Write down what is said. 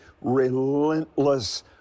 relentless